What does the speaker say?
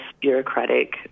bureaucratic